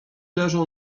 leżą